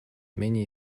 many